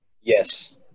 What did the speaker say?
Yes